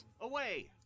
Away